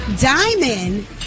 Diamond